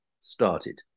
started